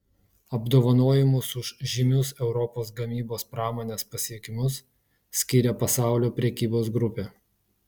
apdovanojimus už žymius europos gamybos pramonės pasiekimus skiria pasaulio prekybos grupė